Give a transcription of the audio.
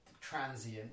transient